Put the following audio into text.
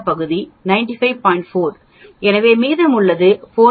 4 எனவே மீதமுள்ள 4